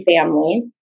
family